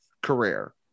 career